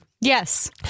Yes